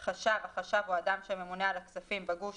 "חשב" החשב או האדם שממונה על הכספים בגוף